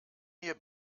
mir